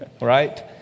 Right